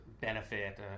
benefit